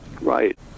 Right